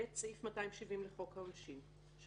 270 לחוק העונשין.";